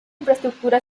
infraestructura